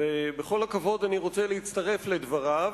ובכל הכבוד אני רוצה להצטרף לדבריו